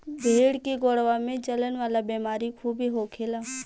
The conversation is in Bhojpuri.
भेड़ के गोड़वा में जलन वाला बेमारी खूबे होखेला